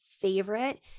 favorite